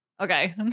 Okay